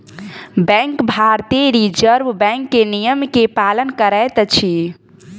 bank भारतीय reserve bank के नियम के पालन करैत अछि